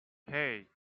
hey